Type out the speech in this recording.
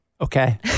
Okay